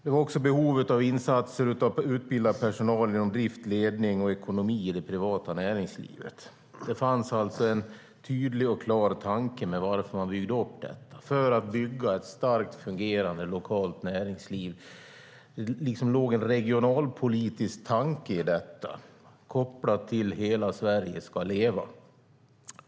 Vi har också behov av insatser av utbildad personal inom driftledning och ekonomi i det privata näringslivet. Det fanns alltså en tydlig och klar tanke bakom att man byggde upp detta. Det var för att bygga ett starkt, fungerande lokalt näringsliv. Det låg liksom en regionalpolitisk tanke i detta, kopplad till att hela Sverige ska leva.